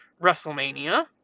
WrestleMania